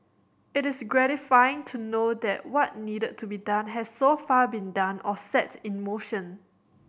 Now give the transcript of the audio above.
it is gratifying to know that what needed to be done has so far been done or set in motion